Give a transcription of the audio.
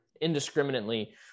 indiscriminately